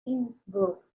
innsbruck